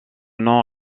nom